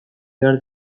behar